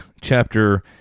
chapter